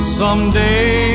someday